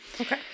Okay